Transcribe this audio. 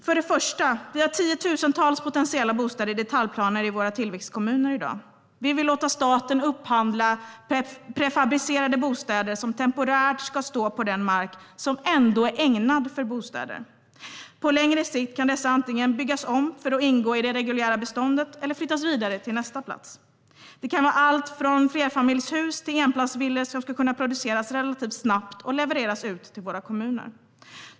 För det första har vi tiotusentals potentiella bostäder i detaljplaner i våra tillväxtkommuner i dag. Vi vill låta staten upphandla prefabricerade bostäder som temporärt ska stå på den mark som ändå är ägnad för bostäder. På längre sikt kan dessa antingen byggas om för att ingå i det reguljära beståndet eller flyttas vidare till nästa plats. Det kan vara allt från flerfamiljshus till enplansvillor som ska produceras relativt snabbt och levereras ut till våra kommuner.